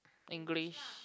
English